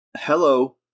hello